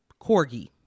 Corgi